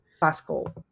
classical